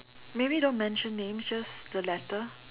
maybe don't mention names just the letter